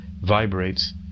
vibrates